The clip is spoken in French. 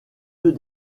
deux